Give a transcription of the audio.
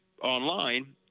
online